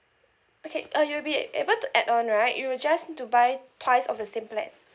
okay uh you'll be able to add on right you'll just need to buy twice of the same plan